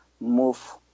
move